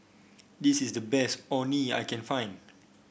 this is the best Orh Nee that I can find